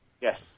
Yes